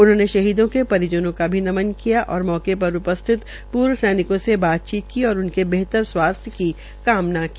उन्होंने शहीदों के परिजनों को नमन किया और मौके पर उपस्थित पूर्व सैनिकों से बातचीत की और बेहतर स्वास्थ्य की कामना की